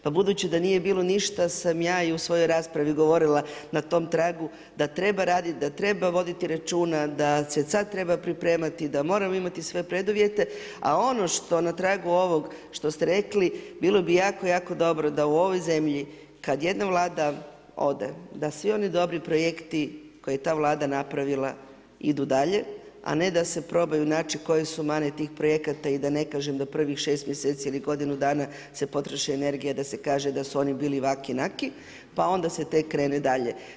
Pa budući da nije bilo ništa sam ja i u svojoj raspravi govorila na tome tragu da treba raditi, da treba voditi računa, da se sada treba pripremati, da moramo imati sve preduvjete a ono što na tragu ovog što ste rekli, bilo bi jako, jako dobro da u ovoj zemlji kad jednom Vlada ode da svi oni dobri projekti koje je ta Vlada napravila idu dalje a ne da de probaju naći koje su mane tih projekata i da ne kažem da prvih 6 mjeseci ili godinu dana se potroši energija da se kaže da su oni bili ovakvi, onakvi, pa onda se tek krene dalje.